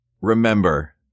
remember